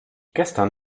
gestern